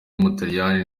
w’umutaliyani